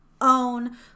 own